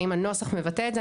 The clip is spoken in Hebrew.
האם הנוסח מבטא את זה?